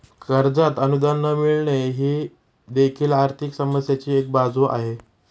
कर्जात अनुदान न मिळणे ही देखील आर्थिक समस्येची एक बाजू आहे